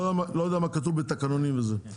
לא יודע מה כתוב בתקנונים וזה.